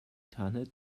tanne